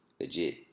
legit